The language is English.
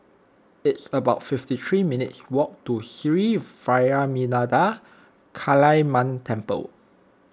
it's about fifty three minutes' walk to Sri Vairavimada Kaliamman Temple